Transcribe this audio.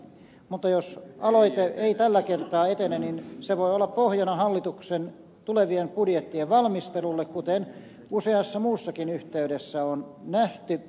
mutta jos aloite ei tällä kertaa etene niin se voi olla pohjana hallituksen tulevien budjettien valmistelulle kuten useassa muussakin yhteydessä on nähty